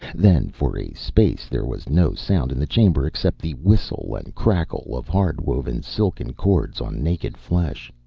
then for a space there was no sound in the chamber except the whistle and crackle of hard-woven silken cords on naked flesh.